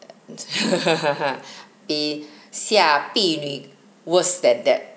比下地女 worse than that